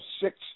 six